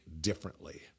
differently